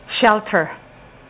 shelter